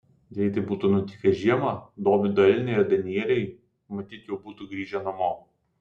jei tai būtų nutikę žiemą dovydo elniai ir danieliai matyt jau būtų grįžę namo